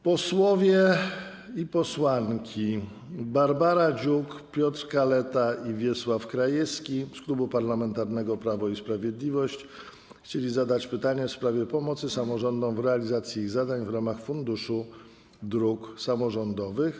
Posłowie i posłanki Barbara Dziuk, Piotr Kaleta i Wiesław Krajewski z Klubu Parlamentarnego Prawo i Sprawiedliwość chcieli zadać pytanie w sprawie pomocy samorządom w realizacji ich zadań w ramach Funduszu Dróg Samorządowych.